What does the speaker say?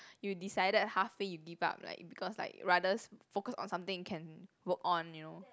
you decided half way you give up right because like rather focus on something you can work on you know